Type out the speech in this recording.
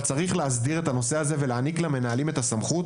צריך להסדיר את הנושא הזה ולהעניק למנהלים את הסמכות,